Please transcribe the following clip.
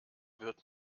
wird